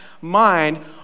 mind